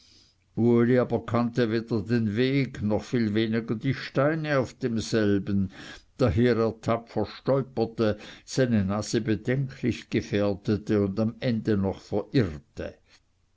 aber kannte weder den weg noch viel weniger die steine auf demselben daher er tapfer stolperte seine nase bedenklich gefährdete und am ende noch verirrte